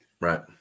Right